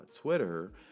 Twitter